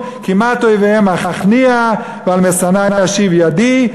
כמעט אויביהם אכניע ועל משנאי אשיב ידי.